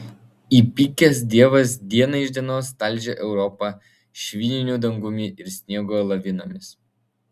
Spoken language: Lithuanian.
įpykęs dievas diena iš dienos talžė europą švininiu dangumi ir sniego lavinomis